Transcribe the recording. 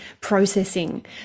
processing